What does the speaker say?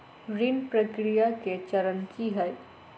ऋण प्रक्रिया केँ चरण की है?